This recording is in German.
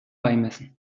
beimessen